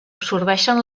absorbeixen